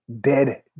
dead